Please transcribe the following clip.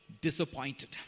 disappointed